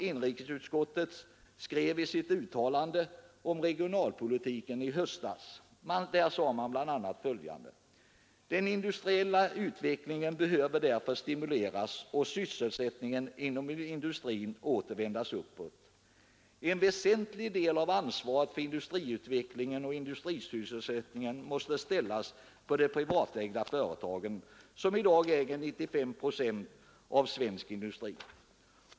Inrikesutskottet skrev i sitt uttalande om regionalpolitiken i höstas bl.a. följande: ”Den industriella utvecklingen behöver därför stimuleras och sysselsättningen inom industrin åter vändas uppåt. En väsentlig del av ansvaret för industriutvecklingen och industrisysselsättningen måste läggas på de privatägda företagen, som i dag äger 95 procent av svensk industri.